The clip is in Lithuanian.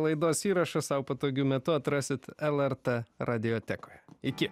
laidos įrašą sau patogiu metu atrasite lrt radiotekoje iki